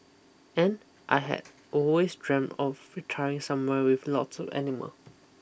and I had always dreamed of retiring somewhere with lots of animal